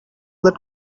that